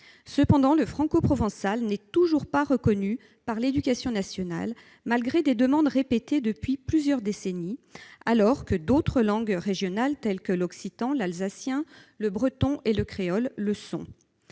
Cependant, le francoprovençal n'est toujours pas reconnu par l'éducation nationale, malgré des demandes répétées depuis plusieurs décennies, alors que d'autres langues régionales telles que l'occitan, l'alsacien, le breton ou le créole le sont.